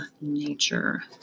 nature